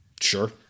Sure